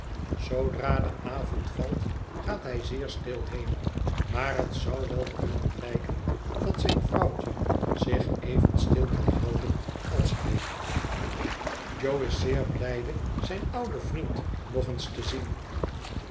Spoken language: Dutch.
zoodra de avond valt gaat hij zeer stil heen maar het zou wel kunnen blijken dat zijn vrouwtje zich even stil kan houden als hij jo is zeer blijde zijn ouden vriend nog eens te zien